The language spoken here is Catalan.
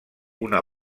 una